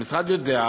המשרד יודע,